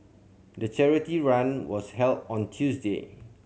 the charity run was held on Tuesday